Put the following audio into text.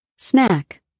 Snack